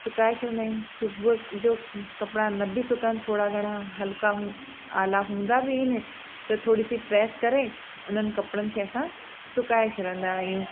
सुकाऐ छॾंदा आहियूं सुबुह जो कपिड़ा न बि सुकनि थोरा घणा हल्का आला हूंदा बि आहिनि त थोरी सि प्रेस करे उन्हनि कपिड़नि खे असां सुकाए छ्ॾंदा आहियूं